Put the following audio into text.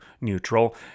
neutral